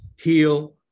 heal